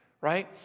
Right